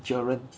gerance